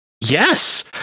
Yes